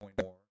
more